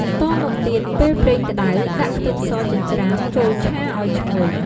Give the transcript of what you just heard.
បន្តមកទៀតពេលប្រេងក្តៅ ដាក់ខ្ទឹមសចិញ្ច្រាំចូលឆាឱ្យឈ្ងុយ។